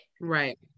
Right